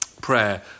prayer